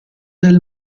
del